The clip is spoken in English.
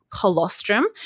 colostrum